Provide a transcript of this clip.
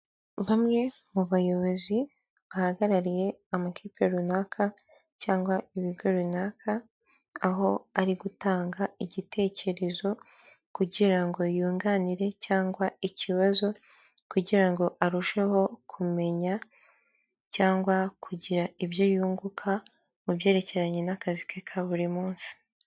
Bamwe mu bayobozi bahagarariye amakipe runaka cyangwa ibigo runaka aho ari gutanga igitekerezo, kugira ngo yunganire cyangwa ikibazo kugira ngo arusheho kumenya cyangwa kugira ibyo yunguka mu byerekeranye n'akazi ke ka buri munsi.